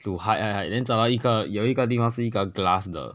to hide hide hide then 找到一个有一个地方是一个 glass 的